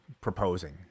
proposing